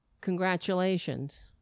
congratulations